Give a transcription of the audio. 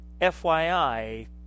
FYI